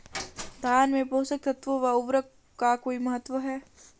धान में पोषक तत्वों व उर्वरक का कोई महत्व है?